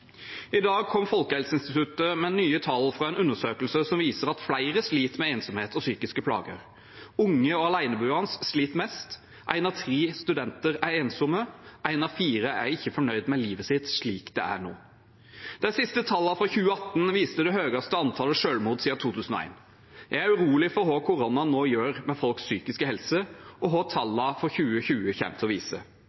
I dag kom Folkehelseinstituttet med nye tall fra en undersøkelse som viser at flere sliter med ensomhet og psykiske plager. Unge og aleneboere sliter mest, en av ti studenter er ensomme, en av fire er ikke fornøyd med livet sitt slik det er nå. De siste tallene fra 2018 viste det høyeste antallet selvmord siden 2001. Jeg er urolig for hva koronaen nå gjør med folks psykiske helse, og